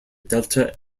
delta